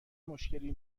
مشکلی